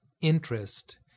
interest